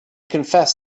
confessed